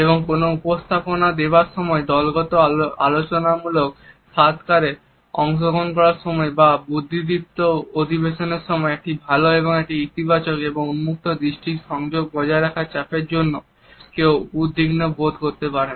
এবং কোন উপস্থাপনা দেবার সময় দলগত আলোচনামূলক সাক্ষাৎকারে অংশগ্রহণ করার সময় বা বুদ্ধিদীপ্ত অধিবেশনের সময় একটি ভালো এবং ইতিবাচক এবং উন্মুক্ত দৃষ্টির সংযোগ বজায় রাখার চাপের জন্য কেউ উদ্বিগ্ন বোধ করতে পারেন